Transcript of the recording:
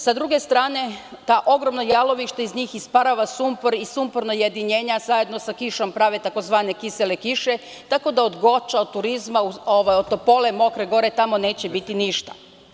Sa druge strane, iz tih ogromnih jalovišta isparava sumpor i sumporna jedinjenja zajedno sa kišom prave tzv. kisele kiše, tako da od Goča, Topole, Mokre Gore od turizma neće biti ništa.